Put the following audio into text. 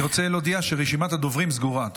אני רוצה להודיע שרשימת הדוברים סגורה.